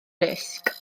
risg